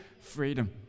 freedom